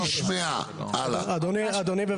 בבית משפט --- אתם לא מסדירים את זה.